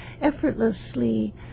effortlessly